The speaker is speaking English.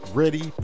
ready